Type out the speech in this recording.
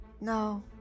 No